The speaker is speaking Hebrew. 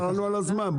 חבל לנו על הזמן.